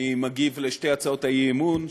אני מגיב על שתי הצעות האי-אמון,